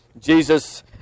Jesus